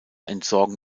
entsorgen